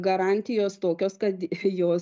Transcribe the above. garantijos tokios kad jos